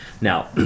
Now